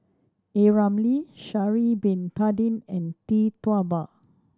A Ramli Sha'ari Bin Tadin and Tee Tua Ba